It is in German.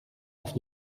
auf